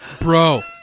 Bro